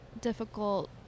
difficult